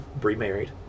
remarried